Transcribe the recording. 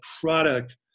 product